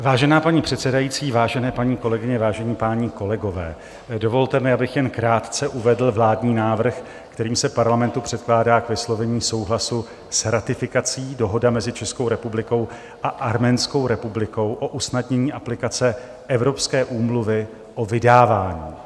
Vážená paní předsedající, vážené paní kolegyně, vážení páni kolegové, dovolte mi, abych jen krátce uvedl vládní návrh, kterým se Parlamentu předkládá k vyslovení souhlasu s ratifikací Dohoda mezi Českou republikou a Arménskou republikou o usnadnění aplikace Evropské úmluvy o vydávání.